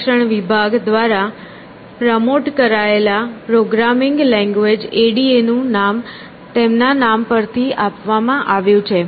સંરક્ષણ વિભાગ દ્વારા પ્રમોટ કરાયેલ પ્રોગ્રામિંગ લેંગ્વેજ ADA નું નામ તેમના નામ પરથી આપવામાં આવ્યું છે